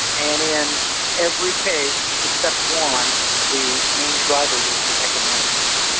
and in every case except one the main driver was the economics.